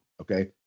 Okay